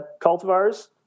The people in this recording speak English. cultivars